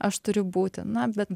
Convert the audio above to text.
aš turiu būti na bet